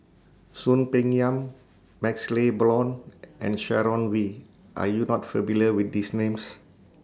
Soon Peng Yam MaxLe Blond and Sharon Wee Are YOU not familiar with These Names